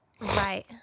Right